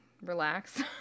relax